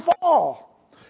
fall